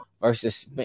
Versus